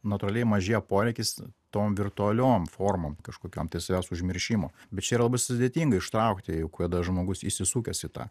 natūraliai mažėja poreikis tom virtualiom formom kažkokiom tai savęs užmiršimo bet čia yra labai sudėtinga ištraukti jau kada žmogus įsisukęs į tą